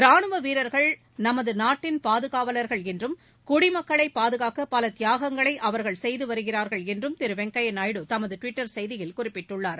ராணுவ வீரர்கள் நமது நாட்டின் பாதுகாவலர்கள் என்றும் குடிமக்களை பாதுகாக்க பல தியாகங்களை அவர்கள் செய்து வருகிறார்கள் என்றம் திரு வெங்கையா நாயுடு தமது டுவிட்டர் செய்தியில் குறிப்பிட்டுள்ளார்